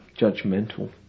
judgmental